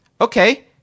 okay